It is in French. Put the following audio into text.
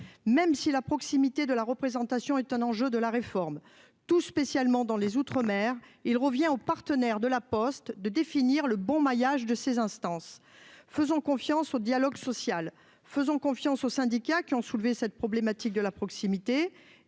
Même si la proximité de la représentation est un enjeu de la réforme, tout spécialement dans les outre-mer, il revient aux partenaires sociaux de l'entreprise de définir le bon maillage de ces instances. Faisons confiance au dialogue social, faisons confiance aux syndicats qui ont soulevé cette problématique de la proximité,